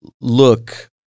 look